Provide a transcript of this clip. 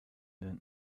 then